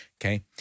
Okay